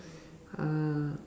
uh